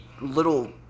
little